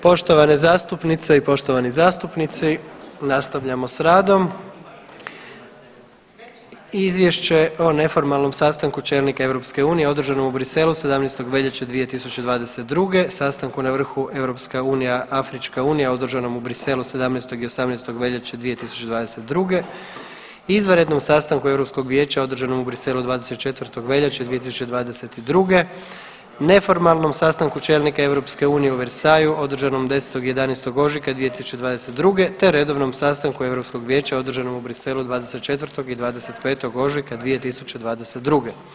Poštovane zastupnice i poštovani zastupnici, nastavljamo s radom. - Izvješće o neformalnom sastanku čelnika EU održanom u Briselu 17. veljače 2022., sastanku na vrhu EU-Afrička unija održanom u Briselu 17. i 18. veljače 2022., izvanrednom sastanku Europskog vijeća održanom u Briselu održanog 24. veljače 2022., neformalnom sastanku čelnika EU u Versaillesu održanom 10. i 11. ožujka 2022., te redovnom sastanku Europskog vijeća održanom u Briselu 24. i 25. ožujka 2022.